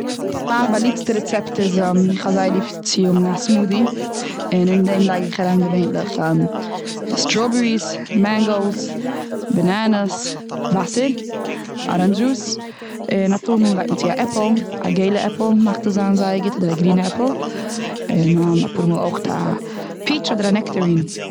מיין באליבטע רעצעפט איז, איך האב זייער ליב צו האבן א סמודי. און, און דעם לייג איך אריין געווענליך, סטראבעריס, מענגאוס, בענענעס, וואסעער, אראנדזש דזשוס, און אפאר מאל לייגט מען צו א עפל, א געלע עפל מאכט עס זיין זייער גוט אדער א גרינע עפל. און אויך אפאר מאל א פיטש, אדעער א נעקטערין.